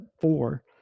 four